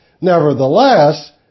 Nevertheless